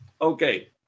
okay